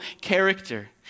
character